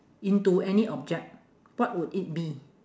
into any object what would it be